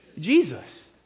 Jesus